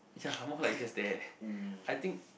ya more like just there I think